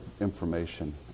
information